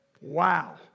wow